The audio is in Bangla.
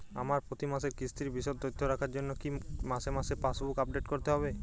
আমার প্রতি মাসের কিস্তির বিশদ তথ্য রাখার জন্য কি মাসে মাসে পাসবুক আপডেট করতে হবে?